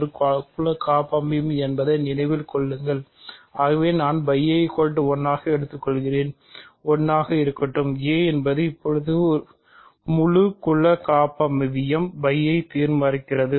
a என்பது இப்போது முழு குல காப்பமைவியம் φ ஐ தீர்மானிக்கிறது